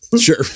Sure